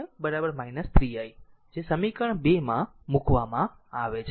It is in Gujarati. તેથી આ v0 3 i જે સમીકરણ 2 માં મુકવામાં આવે છે